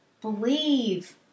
Believe